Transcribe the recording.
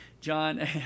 John